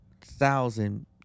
thousand